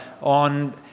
on